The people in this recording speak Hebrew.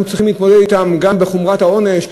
צריכים להתמודד אתם גם בחומרת העונש,